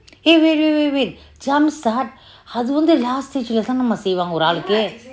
eh wait wait jump start அது வந்து:atu vantu last stage leh தான்:thaan mah செஇவங்கே ஒரு ஆளுக்கு:ceivanke oru alukku